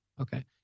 Okay